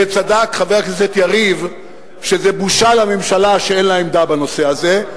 וצדק חבר הכנסת יריב שזו בושה לממשלה שאין לה עמדה בנושא הזה,